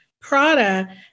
Prada